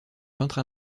peintre